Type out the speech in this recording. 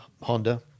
Honda